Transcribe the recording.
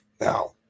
Now